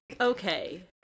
okay